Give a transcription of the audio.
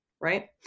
Right